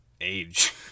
age